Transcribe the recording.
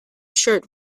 shirt